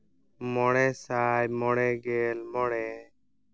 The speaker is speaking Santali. ᱢᱚᱬᱮ ᱥᱟᱭ ᱢᱚᱬᱮ ᱜᱮᱞ ᱢᱚᱬᱮ